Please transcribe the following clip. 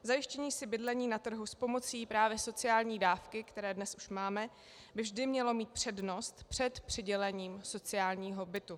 Zajištění si bydlení na trhu s pomocí právě sociálních dávek, které dnes už máme, by vždy mělo mít přednost před přidělením sociálního bytu.